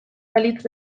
balitz